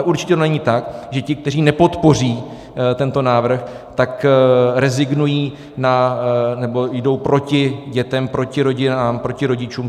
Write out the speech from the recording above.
Určitě to ale není tak, že ti, kteří nepodpoří tento návrh, tak rezignují, nebo jdou proti dětem, proti rodinám, proti rodičům.